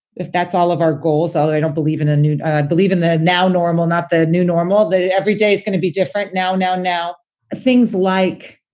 if that's all of our goals, although i don't believe in a nude believe in the now normal, not the new normal, the everyday is gonna be different. now, now, now things like,